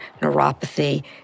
neuropathy